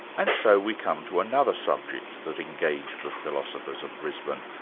and so we come to another subject that engaged the philosophers of brisbane,